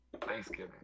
Thanksgiving